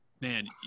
Man